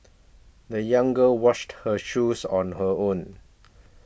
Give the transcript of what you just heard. the young girl washed her shoes on her own